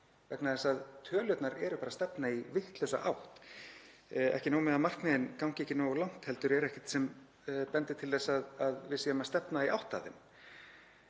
þeirri þróun við? Tölurnar eru bara að stefna í vitlausa átt. Ekki nóg með að markmiðin gangi ekki nógu langt heldur er ekkert sem bendir til þess að við séum að stefna í átt að þeim.